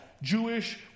Jewish